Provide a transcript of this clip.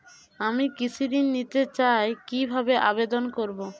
আমি কৃষি ঋণ নিতে চাই কি ভাবে আবেদন করব?